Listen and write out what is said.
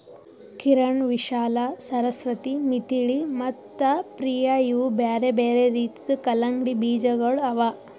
ಕಿರಣ್, ವಿಶಾಲಾ, ಸರಸ್ವತಿ, ಮಿಥಿಳಿ ಮತ್ತ ಪ್ರಿಯ ಇವು ಬ್ಯಾರೆ ಬ್ಯಾರೆ ರೀತಿದು ಕಲಂಗಡಿ ಬೀಜಗೊಳ್ ಅವಾ